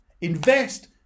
Invest